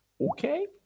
Okay